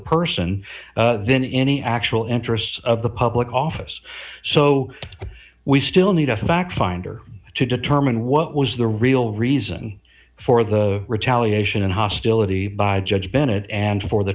person then any actual interest of the public office so we still need a fact finder to determine what was the real reason for the retaliation and hostility by judge bennett and for the